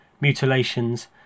mutilations